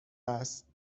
است